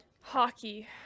Hockey